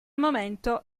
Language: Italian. momento